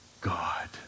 God